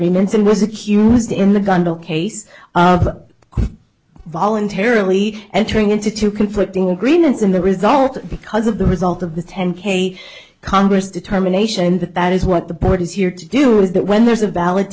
agreements and was accused in the candle case voluntarily entering into two conflicting agreements and the result because of the result of the ten k congress determination that that is what the board is here to do is that when there's a ballot